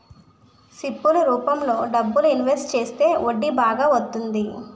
SIP ల రూపంలో డబ్బులు ఇన్వెస్ట్ చేస్తే వడ్డీ బాగా వత్తంది